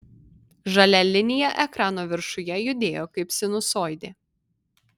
žalia linija ekrano viršuje judėjo kaip sinusoidė